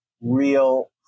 real